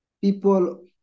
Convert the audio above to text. people